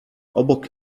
obok